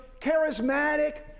charismatic